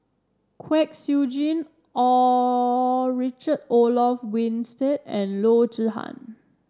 Kwek Siew Jin all Richard Olaf Winstedt and Loo Zihan